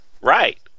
Right